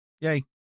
Yay